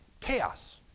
chaos